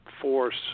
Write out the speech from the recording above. force